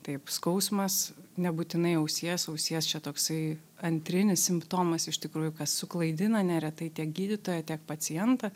taip skausmas nebūtinai ausies ausies čia toksai antrinis simptomas iš tikrųjų kas suklaidina neretai tiek gydytoją tiek pacientą